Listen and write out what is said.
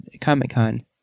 Comic-Con